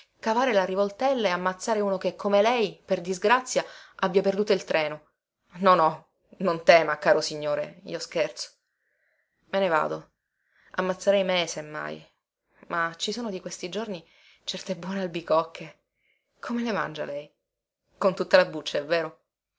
cavare la rivoltella e ammazzare uno che come lei per disgrazia abbia perduto i treno no no non tema caro signore io scherzo me ne vado ammazzerei me se mai ma ci sono di questi giorni certe buone albicocche come le mangia lei con tutta la buccia è vero